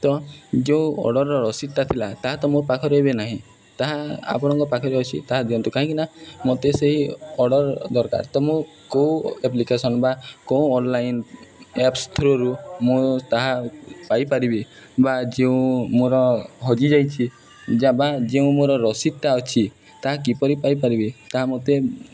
ତ ଯେଉଁ ଅର୍ଡ଼ର୍ର ରସିଦ୍ଟା ଥିଲା ତାହା ତ ମୋ ପାଖରେ ଏବେ ନାହିଁ ତାହା ଆପଣଙ୍କ ପାଖରେ ଅଛି ତାହା ଦିଅନ୍ତୁ କାହିଁକି ମୋତେ ସେଇ ଅର୍ଡ଼ର୍ ଦରକାର ତ ମୁଁ କେଉଁ ଆପ୍ଲିକେସନ୍ ବା କେଉଁ ଅନଲାଇନ୍ ଆପ୍ସ ଥ୍ରୁରୁ ମୁଁ ତାହା ପାଇପାରିବି ବା ଯେଉଁ ମୋର ହଜିଯାଇଛି ଯା ବା ଯେଉଁ ମୋର ରସିଦ୍ଟା ଅଛି ତାହା କିପରି ପାଇପାରିବି ତାହା ମୋତେ